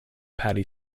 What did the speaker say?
patti